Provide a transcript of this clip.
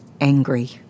angry